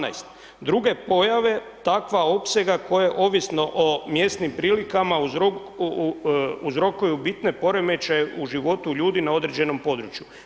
12., druge pojave takva opsega koje ovisno o mjesnim prilikama uzrokuju bitne poremećaje u životu ljudi u određenom području.